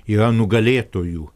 yra nugalėtojų